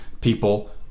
people